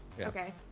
okay